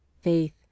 Faith